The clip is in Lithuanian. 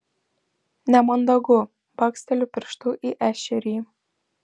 nemandagu baksteliu pirštu į ešerį